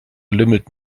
lümmelt